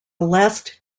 last